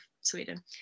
Sweden